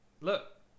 Look